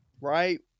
right